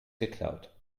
geklaut